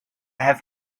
have